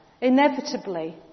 inevitably